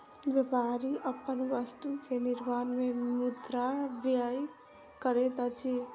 व्यापारी अपन वस्तु के निर्माण में मुद्रा व्यय करैत अछि